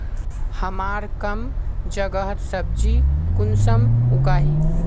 हमार कम जगहत सब्जी कुंसम उगाही?